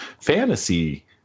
fantasy